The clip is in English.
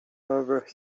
over